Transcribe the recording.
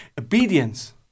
Obedience